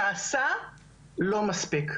נעשה לא מספיק.